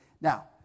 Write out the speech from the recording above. Now